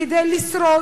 כדי לשרוד,